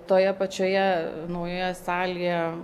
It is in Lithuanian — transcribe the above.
toje pačioje naujoje salėje